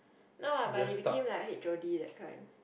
no lah but they became like h_o_d that kind